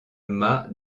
mât